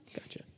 Gotcha